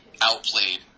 outplayed